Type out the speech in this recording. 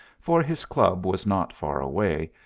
for his club was not far away,